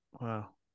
Wow